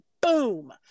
boom